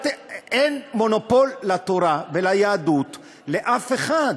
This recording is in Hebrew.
אין מונופול על התורה והיהדות לאף אחד,